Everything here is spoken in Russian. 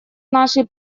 нашей